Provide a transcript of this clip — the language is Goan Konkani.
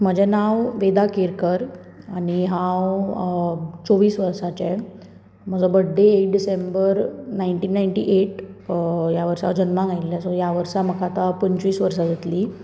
म्हजें नांव वेदा केरकर आनी हांव चोवीस वर्साचें म्हजो birthday eight December ninety ninety eight ह्या वर्सा जल्माक आयिल्लें सो ह्या वर्सा म्हाका आतां पंचवीस वर्सां जातलीं